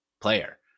player